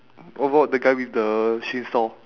what about the guy with the chainsaw